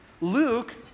Luke